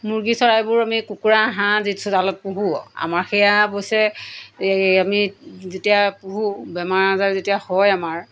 মুৰ্গী চৰাইবোৰ আমি কুকুৰা হাঁহ পোহো আমাৰ সেয়া অৱশ্যে এই আমি যেতিয়া পোহো বেমাৰ আজাৰ যেতিয়া হয় আমাৰ